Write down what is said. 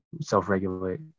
self-regulate